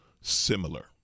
similar